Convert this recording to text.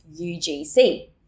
UGC